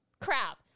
crap